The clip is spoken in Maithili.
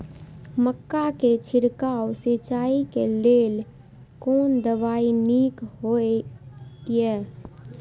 मक्का के छिड़काव सिंचाई के लेल कोन दवाई नीक होय इय?